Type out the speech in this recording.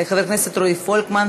חבר הכנסת רועי פולקמן,